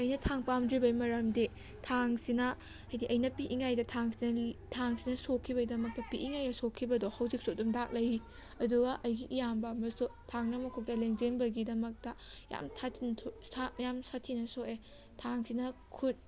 ꯑꯩꯅ ꯊꯥꯡ ꯄꯥꯝꯗ꯭ꯔꯤꯕꯩ ꯃꯔꯝꯗꯤ ꯊꯥꯡꯁꯤꯅ ꯍꯥꯏꯗꯤ ꯑꯩꯅ ꯄꯤꯛꯏꯉꯩꯗ ꯊꯥꯡꯁꯤꯅ ꯊꯥꯡꯁꯤꯅ ꯁꯣꯛꯈꯤꯕꯩꯗꯃꯛꯗꯃꯛꯇ ꯄꯤꯛꯏꯉꯩꯗ ꯁꯣꯛꯈꯤꯕꯗꯣ ꯍꯧꯖꯤꯛꯁꯨ ꯑꯗꯨꯝ ꯗꯥꯛ ꯂꯩꯔꯤ ꯑꯗꯨꯒ ꯑꯩꯒꯤ ꯏꯌꯥꯝꯕ ꯑꯃꯁꯨ ꯊꯥꯡꯅ ꯃꯈꯨꯠꯇ ꯂꯦꯟꯖꯟꯕꯒꯤꯗꯃꯛꯇ ꯌꯥꯝ ꯌꯥꯝ ꯁꯥꯊꯤꯅ ꯁꯣꯛꯑꯦ ꯊꯥꯡꯁꯤꯅ ꯈꯨꯠ